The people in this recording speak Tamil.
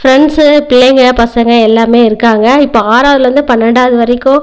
ஃப்ரெண்ட்ஸு பிள்ளைங்கள் பசங்க எல்லாருமே இருக்காங்கள் இப்போ ஆறாவதில் இருந்து பன்னெண்டாவது வரைக்கும்